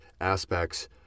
aspects